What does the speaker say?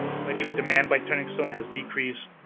electric demand by turning stone has decreased,